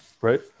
right